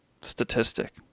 statistic